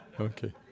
Okay